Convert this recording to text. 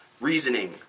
Reasoning